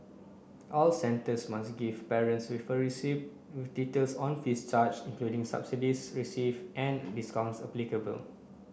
all centres must give parents a receipt with details on fees charged including subsidies receive and discounts applicable